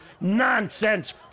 Nonsense